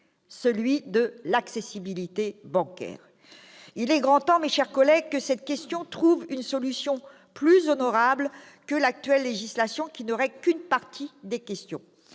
celui de l'accessibilité bancaire. Il est grand temps, mes chers collègues, que cette question trouve une solution plus honorable que l'actuelle législation, qui ne règle qu'une partie des questions.